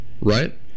Right